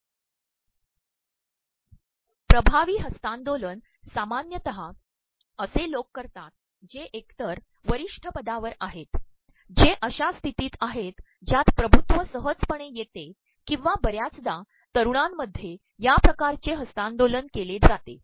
िभावी हस्त्तांदोलन सामान्यत असे लोक करतात जे एकतर वररष्ठ पदावर आहेत जे अशा प्स्त्र्तीत आहेत ज्यात िभत्ुव सहजपणेयेतेककंवा बर् याचदा तरुणांमध्येया िकारचेहस्त्तांदोलन के ले जाते